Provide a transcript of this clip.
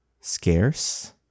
scarce